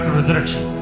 resurrection